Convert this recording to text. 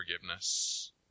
forgiveness